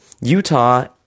Utah